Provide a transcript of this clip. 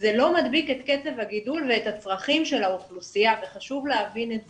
זה לא מדביק את קצב הגידול ואת הצרכים שהאוכלוסייה וחשוב להבין את זה.